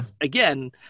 again